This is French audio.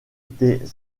était